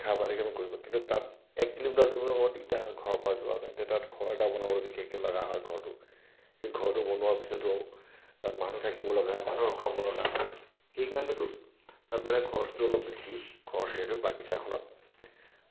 দেখা পাই থাকিম কৰিব কিন্তু তাত এক কিলোমিটাৰ দূৰত অকণমান দিগদাৰ হয় ঘৰৰ পৰা যোৱা তেন্তে তাত ঘৰ এটা বনাবলৈ বিশেষকৈ লগা হয় ঘৰটো সেই ঘৰটো বনোৱাৰ পিছতো তাত মানুহ থাকিব লগা হয় মানুহ ৰখাব লগা হয় সেইকাৰণেতো তাত মানে খৰচটো অলপ বেছি খৰচ যিহেতু বাগিচা এখনত